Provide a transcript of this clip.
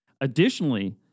Additionally